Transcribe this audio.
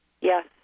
Yes